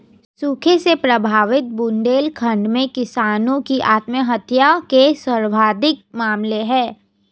सूखे से प्रभावित बुंदेलखंड में किसानों की आत्महत्या के सर्वाधिक मामले है